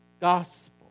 gospel